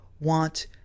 want